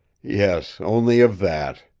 yes, only of that,